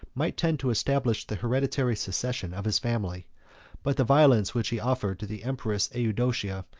might tend to establish the hereditary succession of his family but the violence which he offered to the empress eudoxia,